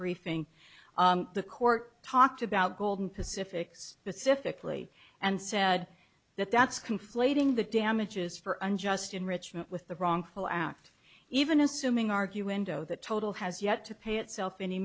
briefing the court talked about golden pacific's pacifically and said that that's conflating the damages for unjust enrichment with the wrongful act even assuming argue window the total has yet to pay itself any